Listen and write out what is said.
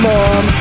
Mom